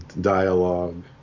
dialogue